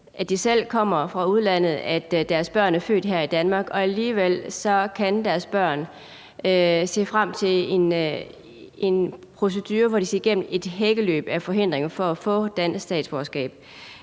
at de selv kommer fra udlandet, men at deres børn er født her i Danmark, og at deres børn alligevel kan se frem til en procedure, hvor de skal igennem et hækkeløb af forhindringer for at få dansk statsborgerskab.